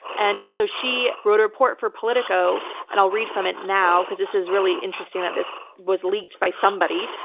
and so she wrote a report for politico and i'll read from it now, because this is really interesting that this was leaked by somebody.